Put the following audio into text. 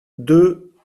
deux